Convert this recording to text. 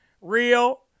real